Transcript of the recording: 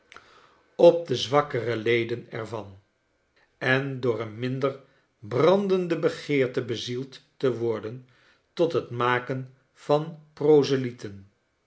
doorbrengen zwakkere leden er van en door een minder brandende begeerte bezield te worden tot het maken van